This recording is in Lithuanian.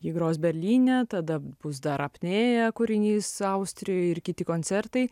jį gros berlyne tada bus dar apnėja kūrinys austrijoj ir kiti koncertai